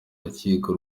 rukiko